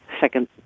second